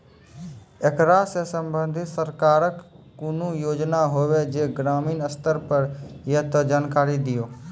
ऐकरा सऽ संबंधित सरकारक कूनू योजना होवे जे ग्रामीण स्तर पर ये तऽ जानकारी दियो?